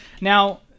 Now